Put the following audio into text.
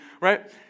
Right